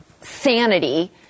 sanity